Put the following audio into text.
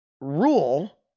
rule